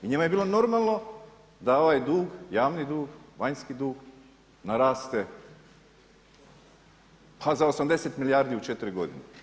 I njemu je bilo normalno da ovaj dug, javni dug, vanjski dug naraste pa za 80 milijardi u 4 godine.